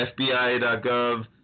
fbi.gov